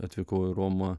atvykau į romą